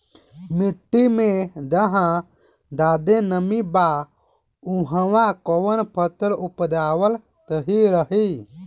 मिट्टी मे जहा जादे नमी बा उहवा कौन फसल उपजावल सही रही?